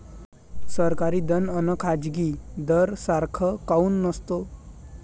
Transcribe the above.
सरकारी दर अन खाजगी दर सारखा काऊन नसतो?